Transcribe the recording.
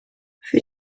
für